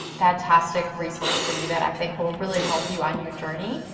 fantastic resource for you that i think will really help you on your journey,